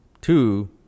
Two